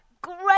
great